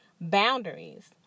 boundaries